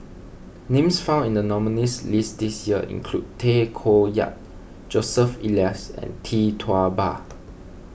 names found in the nominees' list this year include Tay Koh Yat Joseph Elias and Tee Tua Ba